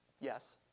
Yes